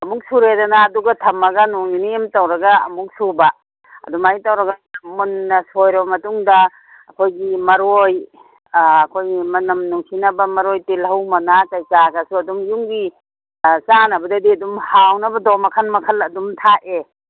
ꯑꯃꯨꯛ ꯁꯨꯔꯦꯗꯅ ꯑꯗꯨꯒ ꯊꯝꯃꯒ ꯅꯣꯡ ꯅꯤꯅꯤ ꯑꯃ ꯇꯧꯔꯒ ꯑꯃꯨꯛ ꯁꯨꯕ ꯑꯗꯨꯃꯥꯏ ꯇꯧꯔꯒ ꯃꯨꯟꯅ ꯁꯣꯏꯔꯕ ꯃꯇꯨꯡꯗ ꯑꯩꯈꯣꯏꯒꯤ ꯃꯔꯣꯏ ꯑꯩꯈꯣꯏꯒꯤ ꯃꯅꯝ ꯅꯨꯡꯁꯤꯅꯕ ꯃꯔꯣꯏ ꯇꯤꯜꯍꯧ ꯃꯅꯥ ꯀꯔꯤ ꯀꯔꯥꯒꯁꯨ ꯑꯗꯨꯝ ꯌꯨꯝꯒꯤ ꯆꯥꯅꯕꯗꯤ ꯑꯗꯨꯝ ꯍꯥꯎꯅꯕꯗꯣ ꯃꯈꯟ ꯃꯈꯜ ꯑꯗꯨꯝ ꯊꯥꯛꯑꯦ